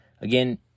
Again